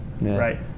right